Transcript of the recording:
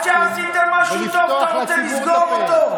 עד שעשיתם משהו טוב, אתה רוצה לסגור אותו?